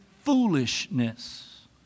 foolishness